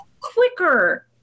quicker